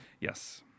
Yes